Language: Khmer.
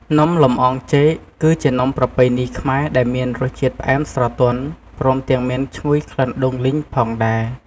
នំលម្អងចេក គឺជានំប្រពៃណីខ្មែរដែលមានរសជាតិផ្អែមស្រទន់ ព្រមទាំងមានឈ្ងុយក្លិនដូងលីងផងដែរ។